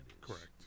Correct